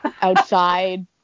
outside